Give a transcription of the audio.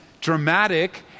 dramatic